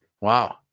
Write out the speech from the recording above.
Wow